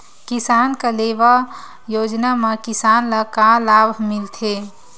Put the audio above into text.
किसान कलेवा योजना म किसान ल का लाभ मिलथे?